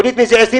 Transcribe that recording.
תוריד מזה 23